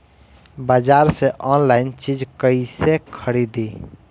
बाजार से आनलाइन चीज कैसे खरीदी?